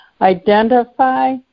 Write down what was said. identify